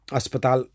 Hospital